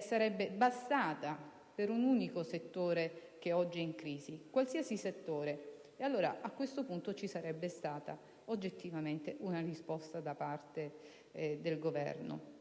sarebbe bastata per un unico settore che oggi è in crisi, qualsiasi settore: allora, a questo punto, ci sarebbe stata oggettivamente una risposta da parte del Governo.